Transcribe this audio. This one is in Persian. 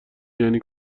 یعنی